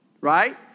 right